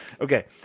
Okay